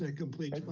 ah complete